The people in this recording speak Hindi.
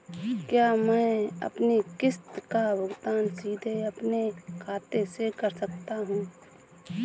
क्या मैं अपनी किश्त का भुगतान सीधे अपने खाते से कर सकता हूँ?